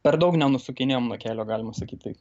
per daug nenusukinėjom nuo kelio galima sakyt taip